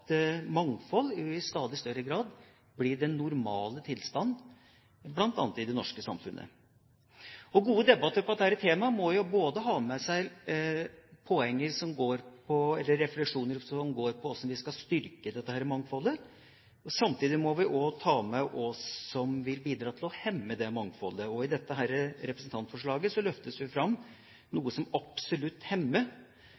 mangfold i stadig større grad blir den normale tilstanden bl.a. i det norske samfunnet. Gode debatter om dette temaet må ha med seg refleksjoner som går på hvordan vi skal styrke dette mangfoldet. Samtidig må vi også ta med hva som vil bidra til å hemme dette mangfoldet. I dette representantforslaget løftes det fram